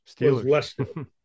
Steelers